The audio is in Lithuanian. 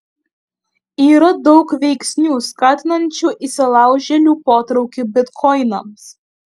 yra daug veiksnių skatinančių įsilaužėlių potraukį bitkoinams